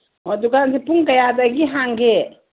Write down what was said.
ꯑꯣ ꯗꯨꯀꯥꯟꯁꯤ ꯄꯨꯡ ꯀꯌꯥꯗꯒꯤ ꯍꯥꯡꯒꯦ